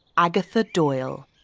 agatha doyle.